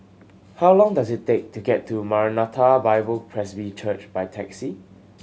how long does it take to get to Maranatha Bible Presby Church by taxi